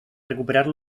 recuperar